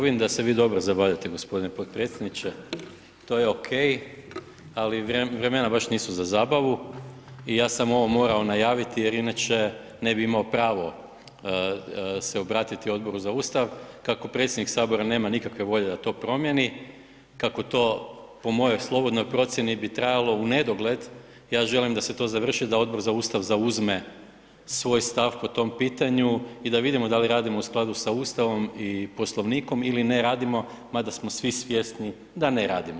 Vidim da se vi dobro zabavljate g. potpredsjedniče, to je okej, ali vremena baš nisu za zabavu i ja sam ovo morao najaviti jer inače ne bi imao pravo se obratiti Odboru za Ustav, kako predsjednik sabora nema nikakve volje da to promijeni, kako to po mojoj slobodnoj procijeni bi trajalo u nedogled, ja želim da se to završi, da Odbor za Ustav zauzme svoj stav po tom pitanju i da vidimo da li radimo u skladu sa Ustavom i Poslovnikom ili ne radimo mada smo svi svjesni da ne radimo.